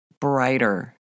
brighter